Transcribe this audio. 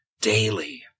daily